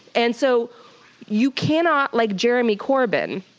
and so you cannot, like jeremy corbyn,